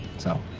so,